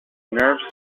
nerve